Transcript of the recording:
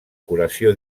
curació